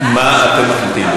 מה אתם מחליטים,